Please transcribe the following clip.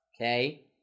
Okay